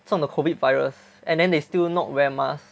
中 the COVID virus and then they still not wear mask